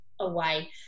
away